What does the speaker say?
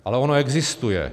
Ale ono existuje.